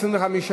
25,